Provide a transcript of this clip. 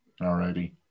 Alrighty